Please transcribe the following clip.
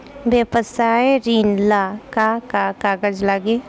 व्यवसाय ऋण ला का का कागज लागी?